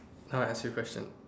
now I ask you a question